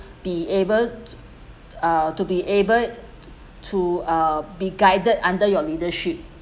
be able to uh to be able to uh be guided under your leadership